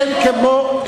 ירוחם, נתיבות.